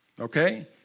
Okay